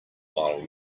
while